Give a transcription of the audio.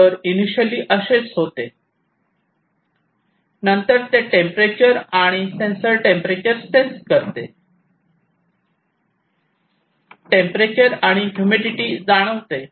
तर ईनीशीयली असेच होते नंतर ते टेंपरेचर आणि सेंसर टेंपरेचर सेन्स करते टेंपरेचर आणि ह्युमिडिटी जाणवते